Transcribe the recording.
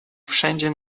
wszędzie